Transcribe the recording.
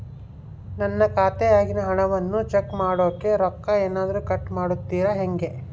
ನನ್ನ ಖಾತೆಯಾಗಿನ ಹಣವನ್ನು ಚೆಕ್ ಮಾಡೋಕೆ ರೊಕ್ಕ ಏನಾದರೂ ಕಟ್ ಮಾಡುತ್ತೇರಾ ಹೆಂಗೆ?